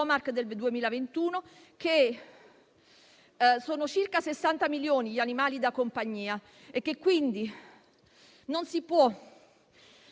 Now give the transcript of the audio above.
del 2021 - che sono circa 60 milioni gli animali da compagnia e non si può